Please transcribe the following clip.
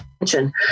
attention